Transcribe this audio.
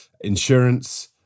insurance